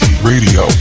Radio